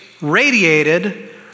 radiated